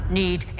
need